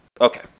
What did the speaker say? Okay